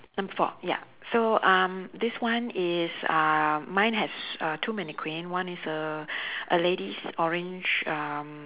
number four ya so um this one is uh mine has uh two mannequin one is uh a lady's orange um